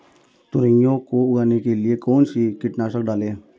तोरियां को उगाने के लिये कौन सी कीटनाशक डालें?